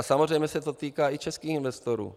Samozřejmě se to týká i českých investorů.